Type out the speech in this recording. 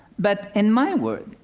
but in my world you